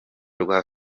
rwa